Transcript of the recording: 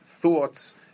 thoughts